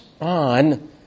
on